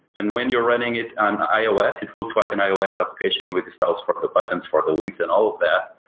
and when you are writing it on ios, it looks like an ios application with the styles for ah the buttons, for the wings and all of that,